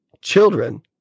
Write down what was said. children